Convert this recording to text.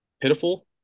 pitiful